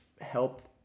helped